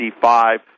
five